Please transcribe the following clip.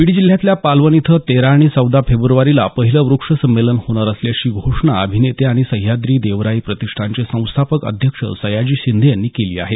बीड जिल्ह्यातल्या पालवन इथं तेरा आणि चौदा फेब्रवारीला पहिलं व्रक्ष संमेलन होणार असल्याची घोषणा अभिनेते आणि सह्याद्री देवराई प्रतिष्ठानचे संस्थापक अध्यक्ष सयाजी शिंदे यांनी केली आहे